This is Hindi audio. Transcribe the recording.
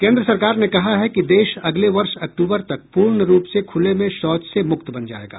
केन्द्र सरकार ने कहा है कि देश अगले वर्ष अक्टूबर तक पूर्ण रूप से खुले में शौच से मुक्त बन जायेगा